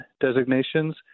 designations